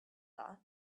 that